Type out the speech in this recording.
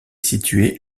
située